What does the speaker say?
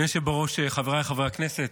אדוני היושב בראש, חבריי חברי הכנסת,